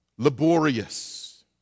laborious